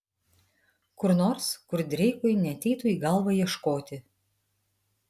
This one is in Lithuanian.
kur nors kur dreikui neateitų į galvą ieškoti